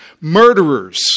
Murderers